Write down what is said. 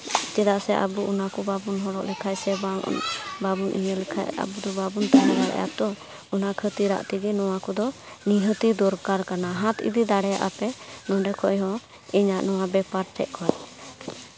ᱪᱮᱫᱟᱜ ᱥᱮ ᱟᱵᱚ ᱚᱱᱟᱠᱚ ᱵᱟᱵᱚᱱ ᱦᱚᱨᱚᱜ ᱞᱮᱠᱷᱟᱡ ᱥᱮ ᱵᱟᱵᱚᱱ ᱤᱭᱟᱹ ᱞᱮᱠᱷᱟᱡ ᱟᱵᱚ ᱫᱚ ᱵᱟᱵᱚᱱ ᱛᱟᱦᱮᱸ ᱫᱟᱲᱮᱭᱟᱜᱼᱟ ᱛᱚ ᱚᱱᱟ ᱠᱷᱟᱹᱛᱤᱨᱟᱜ ᱛᱮᱜᱮ ᱱᱚᱣᱟ ᱠᱚᱫᱚ ᱱᱤᱦᱟᱹᱛ ᱜᱮ ᱫᱚᱨᱠᱟᱨ ᱠᱟᱱᱟ ᱦᱟᱛ ᱤᱫᱤ ᱫᱟᱲᱮᱭᱟᱜᱼᱟ ᱯᱮ ᱱᱚᱰᱮ ᱠᱷᱚᱡ ᱦᱚᱸ ᱤᱧᱟᱹᱜ ᱱᱚᱣᱟ ᱵᱮᱯᱟᱨ ᱴᱷᱮᱡ ᱠᱷᱚᱡ